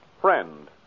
Friend